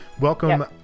welcome